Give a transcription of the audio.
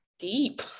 Deep